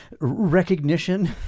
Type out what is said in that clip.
recognition